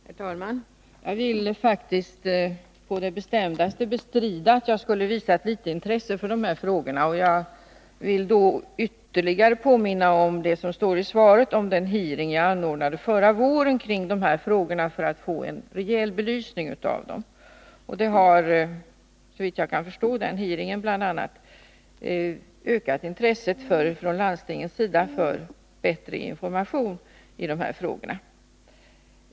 Herr talman! Jag vill faktiskt på det bestämdaste bestrida att jag skulle ha visat för litet intresse för de här frågorna. Jag vill i det sammanhanget påminna om det som står i svaret om den hearing jag anordnade förra våren för att få en rejäl belysning av dessa frågor. Såvitt jag kan förstå har bl.a. den hearingen bidragit till ett ökat intresse från landstingens sida för bättre information i det här avseendet.